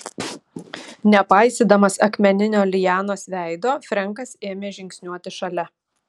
nepaisydamas akmeninio lianos veido frenkas ėmė žingsniuoti šalia